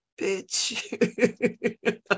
bitch